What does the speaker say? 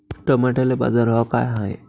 टमाट्याले बाजारभाव काय हाय?